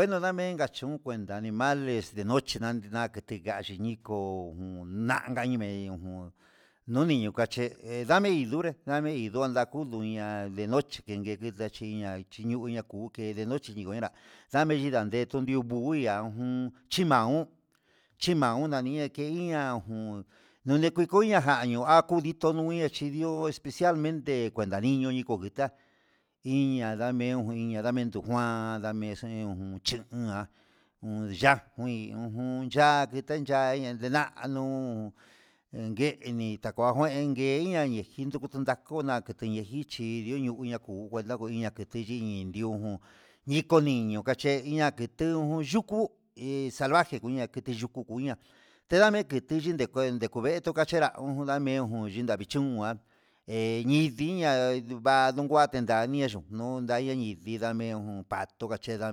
Ngueno ndame inka chún cuenta nimales de noche nanina'a kiti, ya'a ninguingo uun nanka ime'e ujun nuni nuu kache ndame hi ndunre ndame yduan kunduña denoche kinga kuu nachí inña chinuña kuké ndenoche inrá ndamen nitiunduve nguu ihá ujun chiamu chimau naniñe ke iin ñaujun nduñe ku njuña'a jannio akudiko toduña chindió kue especialmente kuenta niño ndiko konguita iña'a ndame no iña ndame tunguan, ndame xe'e ujun chiunja un ya'a kui ujun ya'a kinden chaña ndenanu unngueni takua nguenke iña'a inye njindu tunajona nakene njichi ihó ñakunju naku kuenda, ke te yinin ndió jun niko niño kache in ihá ketu uun kutu hé salvaje kuña xhiti yuku xukuña tendame kete'e, chinde kue ndekuveto kuá kachera un namen jun ochinta vichón nguan he yiniña ngua tunguaté ndanie ñuu ndania ni, ndindame jun pato kacheda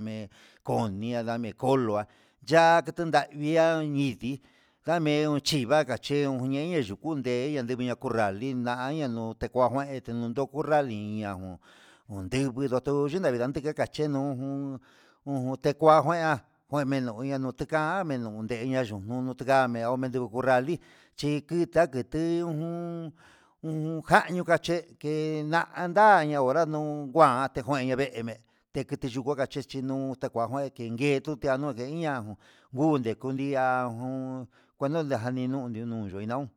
damkonia ndame kolo cha'a kutandavii há nridii ngame chii vaca ché nguña neña yuku ndé ñandiviña corral ndendaña no'o kua njuen ndunduku morral liliajun un dingui ndoto ndidindanguida ngache nuu uno tekuaja eha nguemeno ña nuu tekan meno yenanu yununu ndame ngo corral vichí chi kuta kutuu ujun ujun kaño cachí cheke nanda'a ña'a hora nuu ngua'a atiguen ndeme'e, tekitukuka yaka checheno'o ndekuan ngue denkué tuti'a yandoje ian jun ngude kuian jun kuenda ninio jani nuni nuu nuyuindaun.